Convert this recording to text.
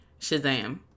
Shazam